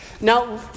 Now